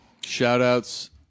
Shout-outs